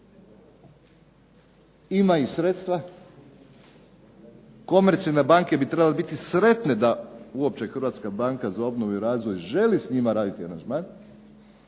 ima i sredstva. komercijalne banke bi trebale biti sretne da uopće Hrvatska banka za obnovu i razvoj želi s njima raditi aranžman.